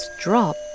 drop